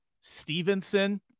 Stevenson